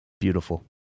Beautiful